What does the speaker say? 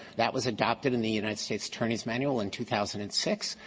that was adopted in the united states attorneys manual in two thousand and six,